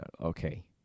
okay